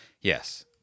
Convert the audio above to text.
Yes